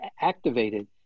activated